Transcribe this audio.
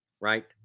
right